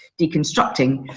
deconstructing.